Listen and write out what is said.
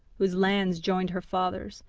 whose lands joined her father's,